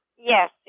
yes